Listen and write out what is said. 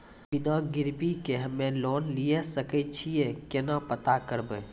बिना गिरवी के हम्मय लोन लिये सके छियै केना पता करबै?